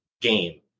game